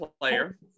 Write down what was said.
player